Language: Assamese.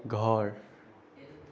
ঘৰ